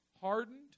hardened